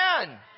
amen